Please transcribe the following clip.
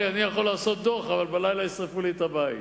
אני יכול לעשות דוח, אבל בלילה ישרפו לי את הבית,